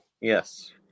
yes